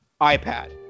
iPad